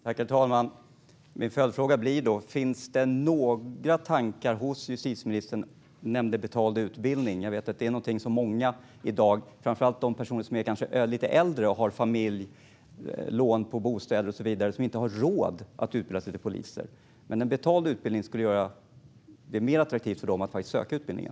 Herr talman! Justitieministern nämnde betald utbildning. Jag vet att detta är någonting som skulle vara relevant för många i dag, framför allt för de personer som kanske är lite äldre och har familj, lån på bostad och så vidare och som inte har råd att utbilda sig till poliser. En betald utbildning skulle göra det mer attraktivt för dem att söka utbildningen.